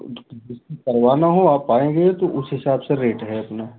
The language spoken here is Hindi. करवाना हो आप आएँगे तो उस हिसाब से रेट है अपना